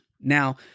Now